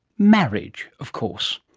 marriage of course!